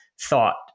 thought